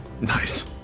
Nice